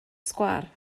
sgwâr